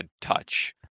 touch